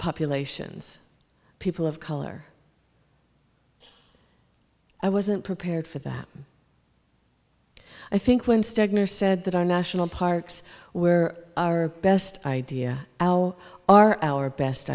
populations people of color i wasn't prepared for that i think when stegner said that our national parks were our best idea how are our best